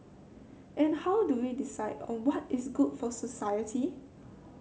and how do we decide on what is good for society